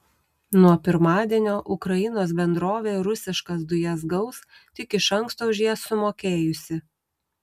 nuo pirmadienio ukrainos bendrovė rusiškas dujas gaus tik iš anksto už jas sumokėjusi